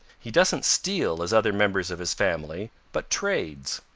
he doesn't steal as other members of his family but trades.